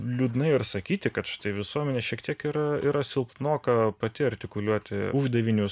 liūdnai ir sakyti kad štai visuomenė šiek tiek yra silpnoka pati artikuliuoti uždavinius